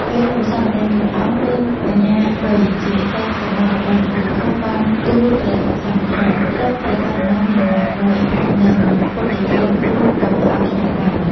ពេលនោះ សាមណេរមួយអង្គមានបញ្ញាវៃ ជាសិស្សសំណប់របស់លោកគ្រូធំ បានទូលព្រះសង្ឃថា "ខ្ញុំព្រះករុណាមានឧបាយមួយ អាចនឹងពុទ្ធដីកាលោកគ្រូកុំឲ្យខ្ញាល់បាន"។